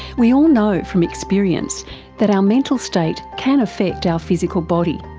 we all know from experience that our mental state can affect our physical body,